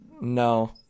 No